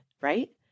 right